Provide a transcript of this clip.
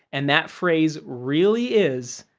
and that phrase really is,